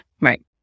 Right